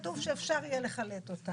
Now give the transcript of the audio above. כתוב שאפשר יהיה לחלט אותה.